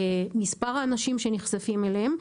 מספר האנשים שנחשפים אליהם,